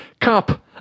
Cop